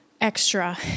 extra